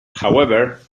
however